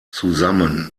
zusammen